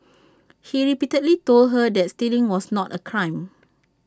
he repeatedly told her that stealing was not A crime